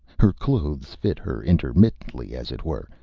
her clothes fit her intermittently, as it were.